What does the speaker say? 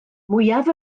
mwyaf